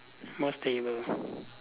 more stable ah